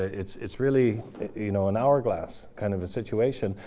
it's it's really you know an hourglass kind of a situation.